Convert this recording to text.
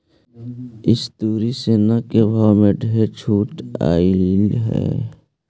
इस तुरी सोना के भाव में ढेर छूट अएलई हे